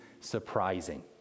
surprising